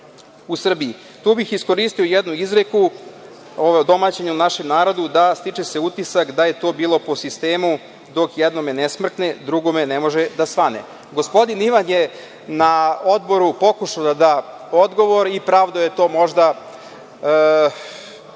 Tu bih iskoristio jednu izreku odomaćenu u našem narodu da se stiče utisak da je to bilo po sistemu – dok jednome ne smrkne, drugome ne može da svane. Gospodin Ivan je na odboru pokušao da da odgovor i pravdao je time